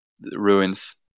ruins